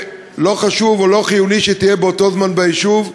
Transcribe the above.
שלא חשוב או לא חיוני שתהיה באותו זמן ביישוב,